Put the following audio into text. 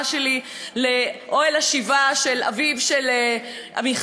שלי לאוהל השבעה של אביו של אביחי,